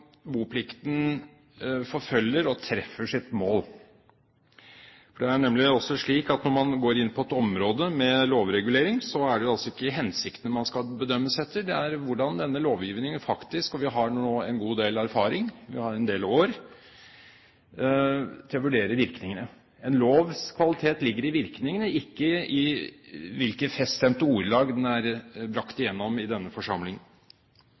boplikten forfølger og treffer sitt mål. Det er nemlig også slik at når man går inn på et område med lovregulering, er det altså ikke hensiktene man skal bedømmes etter, det er hvordan denne lovgivningen faktisk virker. Og vi har nå en god del erfaring, vi har hatt en del år på å vurdere virkningene. En lovs kvalitet ligger i virkningene, ikke i hvilke feststemte ordelag den er brakt igjennom i denne forsamling.